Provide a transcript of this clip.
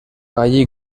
allí